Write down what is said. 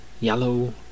yellow